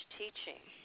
teaching